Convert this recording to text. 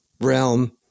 realm